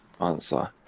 answer